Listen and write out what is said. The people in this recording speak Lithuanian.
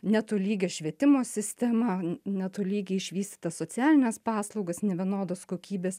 netolygią švietimo sistemą netolygiai išvystytas socialines paslaugas nevienodos kokybės